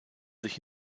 sich